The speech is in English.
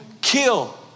kill